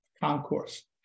concourse